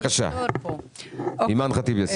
בבקשה חברת הכנסת אימאן ח'טיב יאסין.